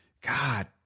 God